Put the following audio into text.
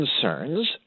concerns